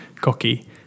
cocky